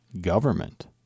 government